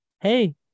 hey